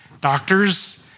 doctors